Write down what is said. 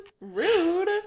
Rude